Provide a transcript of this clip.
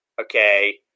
Okay